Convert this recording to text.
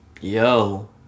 yo